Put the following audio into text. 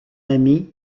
ami